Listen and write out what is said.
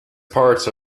parts